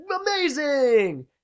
amazing